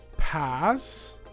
pass